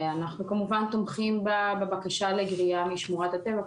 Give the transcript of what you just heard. אנחנו כמובן תומכים בבקשה לגריעה משמורת הטבע,